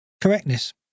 correctness